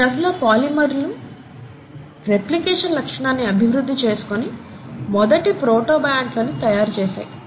ఈ దశలో పాలిమర్ లు రేప్లికేషన్ లక్షణాన్ని అభివృద్ధి చేసుకుని మొదటి ప్రోటోబయంట్లని తయారు చేసాయి